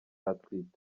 atwite